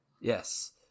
Yes